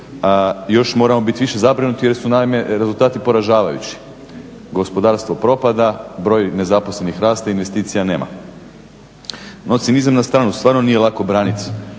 još moramo biti više zabrinuti naime jer su rezultati poražavajući, gospodarstvo propada, broj nezaposlenih raste, investicija nema. No cinizam na stranu, stvarno nije lako branit